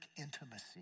intimacy